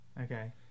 okay